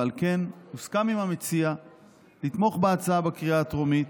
ועל כן הוסכם עם המציע לתמוך בהצעה בקריאה הטרומית,